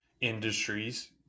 industries